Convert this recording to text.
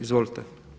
Izvolite.